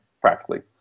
practically